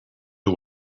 the